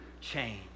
change